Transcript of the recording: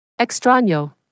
Extraño